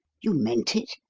you meant it?